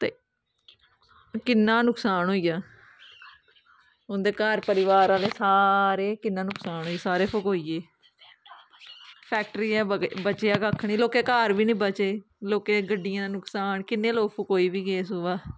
ते किन्ना नुकसान होई गेआ उं'दे घर परिवार आह्ले सारे किन्ना नुकसान होएआ सारे फकोई गे हे फैक्ट्रिये दा बचेआ गै कक्ख निं लोकें दे घर गै निं बचे लोकें दियें गड्डियें दा नुकसान किन्ने लोग फकोई बी गे सुबह्